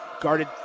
guarded